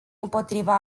împotriva